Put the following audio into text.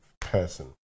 person